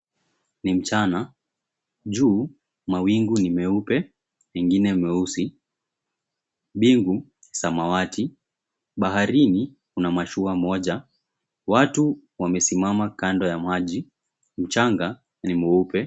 Ni mchana juu mawingu ni meupe mengine meusi mbingu samawati. Baharini kuna mashua moja. Watu wamesimama kando ya maji mchanga ni mweupe.